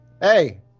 Hey